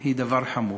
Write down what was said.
היא דבר חמור,